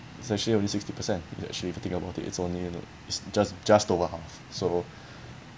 it's actually only sixty percent that actually if you think about it's only you know it's just just over half so